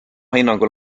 hinnangul